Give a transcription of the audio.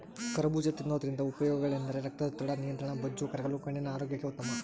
ಕರಬೂಜ ತಿನ್ನೋದ್ರಿಂದ ಉಪಯೋಗಗಳೆಂದರೆ ರಕ್ತದೊತ್ತಡದ ನಿಯಂತ್ರಣ, ಬೊಜ್ಜು ಕರಗಲು, ಕಣ್ಣಿನ ಆರೋಗ್ಯಕ್ಕೆ ಉತ್ತಮ